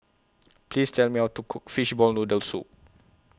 Please Tell Me How to Cook Fishball Noodle Soup